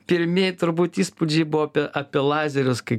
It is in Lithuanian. pirmieji turbūt įspūdžiai buvo apie apie lazerius kai